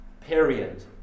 period